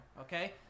okay